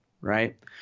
Right